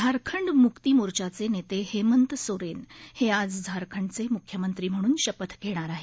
झारखंड मुक्ती मोर्चाचे नेते हेमंत सोरेन हे आज झारखंडचे मुख्यमंत्री म्हणून शपथ घेणार आहेत